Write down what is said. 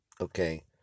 okay